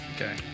Okay